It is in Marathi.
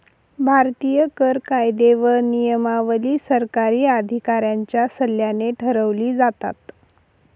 भारतीय कर कायदे व नियमावली सरकारी अधिकाऱ्यांच्या सल्ल्याने ठरवली जातात